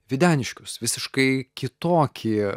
videniškius visiškai kitokį